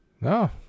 No